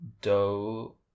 dough